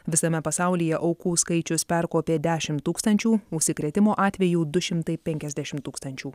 visame pasaulyje aukų skaičius perkopė dešimt tūkstančių užsikrėtimo atvejų du šimtai penkiasdešimt tūkstančių